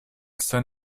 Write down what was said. san